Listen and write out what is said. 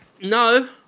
no